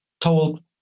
told